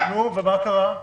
נו, ומה קרה?